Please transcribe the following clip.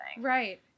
Right